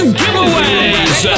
giveaways